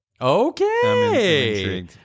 Okay